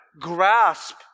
grasp